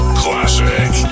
classic